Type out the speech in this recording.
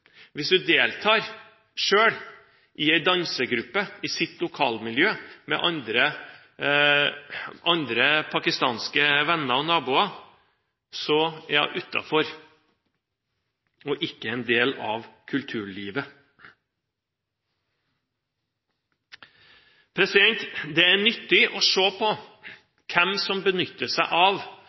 hvis hun deltar i en dansegruppe i sitt lokalmiljø med pakistanske venner og naboer, er hun utenfor og ikke en del av kulturlivet. Det er nyttig å se på hvem som benytter seg av